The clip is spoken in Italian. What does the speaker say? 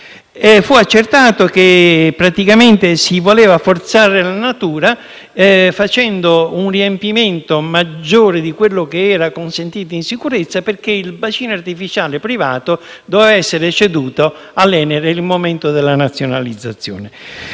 Fu accertato che si voleva forzare la natura, con un riempimento maggiore di quello consentito in sicurezza, perché il bacino artificiale privato doveva essere ceduto all'ENEL nel momento della nazionalizzazione.